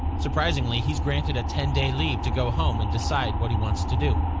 surprisingly, he's granted a ten day leave to go home and decide what he wants to do.